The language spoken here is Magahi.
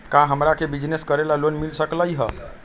का हमरा के बिजनेस करेला लोन मिल सकलई ह?